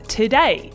today